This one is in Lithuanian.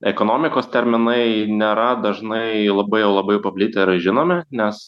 ekonomikos terminai nėra dažnai labai labai paplitę ir žinomi nes